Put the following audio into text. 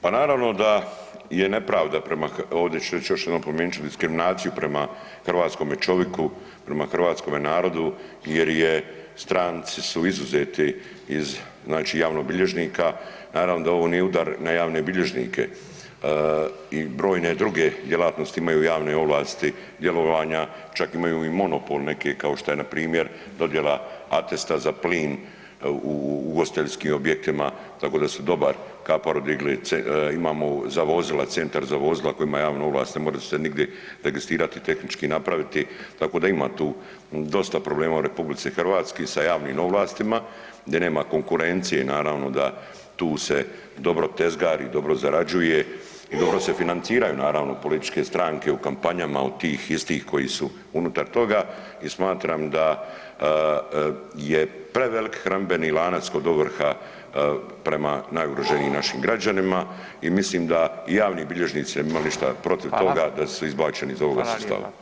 Pa naravno da je nepravda prema, ovdje ću reć još jednom, ... diskriminaciju prema hrvatskome čovjeku, prema hrvatskome narodu jer je stranci su izuzeti iz znači javnog bilježnika, naravno da ovo nije udar na javne bilježnike, i brojne druge djelatnosti imaju javne ovlasti, djelovanja čak imaju i monopol kao neki kao što je npr. dodjela atesta za plin u ugostiteljskim objektima, tako da su dobar ... imamo za vozila, centar za vozila koji ima javnu ovlast, ne mora se nigdje registrirati, tehnički napraviti, tako da ima tu dosta problema u RH sa javnim ovlastima, di nema konkurencije i naravno da tu se dobro tezgari, dobro zarađuje i dobro se financiraju naravno političke stranke u kampanjama od tih istih koji su unutar toga i smatram da je prevelik hranidbeni lanac kod ovrha prema najugroženijim našim građanima i mislim da javni bilježnici ne bi imali ništa protiv toga da su izbačeni iz ovoga sustava, hvala.